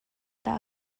dah